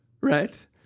right